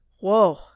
whoa